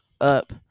up